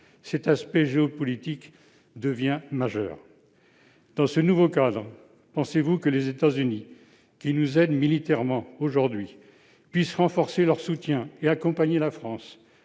Cet aspect géopolitique devient majeur. Dans ce nouveau cadre, pensez-vous que les États-Unis, qui nous aident militairement aujourd'hui, puissent renforcer leur soutien et accompagner la France,